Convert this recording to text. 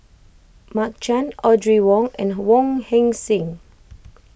Mark Chan Audrey Wong and Wong Heck Sing